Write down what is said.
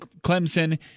Clemson